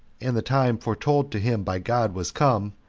and the time foretold to him by god was come,